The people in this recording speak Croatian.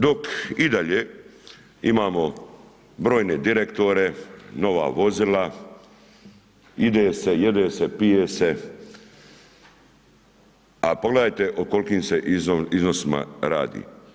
Dok, i dalje, imamo brojne direktore, nova vozila, ide se jede se, pije se, a pogledajte o kolikim se iznosima radi.